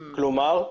כלומר,